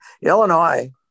Illinois